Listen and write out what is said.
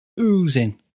oozing